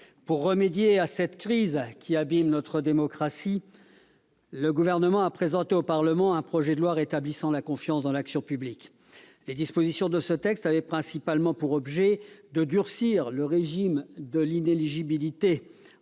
Pour remédier à cette crise qui abîme notre démocratie, le Gouvernement a présenté au Parlement un projet de loi « rétablissant la confiance dans l'action publique ». Les dispositions de ce texte avaient principalement pour objet de durcir le régime de l'inéligibilité